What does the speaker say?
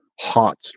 hot